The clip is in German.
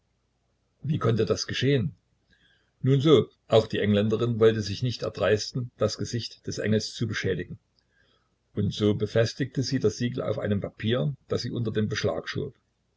wie konnte das geschehen nun so auch die engländerin wollte sich nicht erdreisten das gesicht des engels zu beschädigen und so befestigte sie das siegel auf einem papier das sie unter den beschlag schob